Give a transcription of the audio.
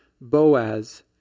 Boaz